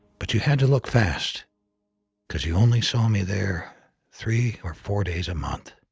but you had to look fast cause you only saw me there three or four days a month.